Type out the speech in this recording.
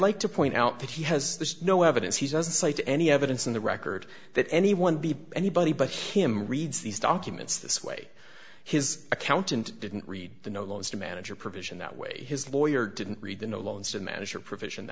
like to point out that he has no evidence he doesn't cite any evidence in the record that anyone be anybody but him reads these documents this way his accountant didn't read the no laws to manage a provision that way his lawyer didn't read the loans to manage your provision